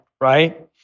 right